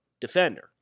defender